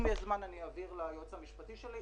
אם יש זמן אני אעביר את הדיבור ליועץ המשפטי שלי,